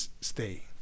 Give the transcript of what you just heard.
stay